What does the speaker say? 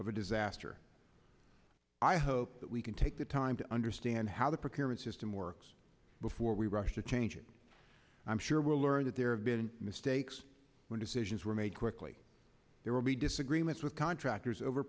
of a disaster i hope that we can take the time to understand how the procurement system works before we rush to change and i'm sure we'll learn that there have been mistakes when decisions were made quickly there will be disagreements with contractors over